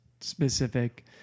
specific